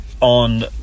on